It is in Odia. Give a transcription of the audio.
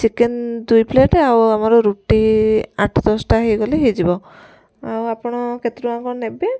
ଚିକେନ ଦୁଇ ପ୍ଲେଟ ଆଉ ଆମର ରୁଟି ଆଠ ଦଶଟା ହେଇଗଲେ ହେଇଯିବ ଆଉ ଆପଣ କେତେ ଟଙ୍କା କ'ଣ ନେବେ